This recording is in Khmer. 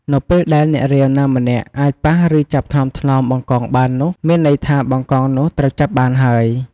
នៅពេលដែល អ្នករាវ ណាម្នាក់អាច ប៉ះ ឬចាប់ថ្នមៗ បង្កងបាននោះ មានន័យថា បង្កង នោះត្រូវបាន ចាប់ ហើយ។